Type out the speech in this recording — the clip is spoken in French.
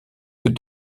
que